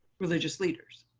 religious leaders.